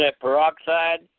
peroxide